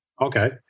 Okay